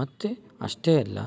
ಮತ್ತು ಅಷ್ಟೇ ಅಲ್ಲ